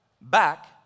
back